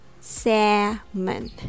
salmon